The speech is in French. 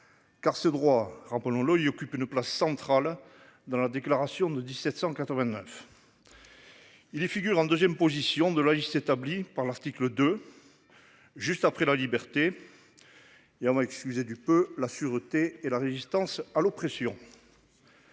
Car ce droit rappelons-le y occupe une place centrale dans la déclaration de 1789. Il est figure en 2ème position de la liste établie par l'article de. Juste après la liberté. Et excusez du peu. La sûreté et la résistance à l'oppression.